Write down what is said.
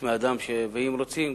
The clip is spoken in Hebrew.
אם רוצים,